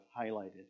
highlighted